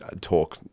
talk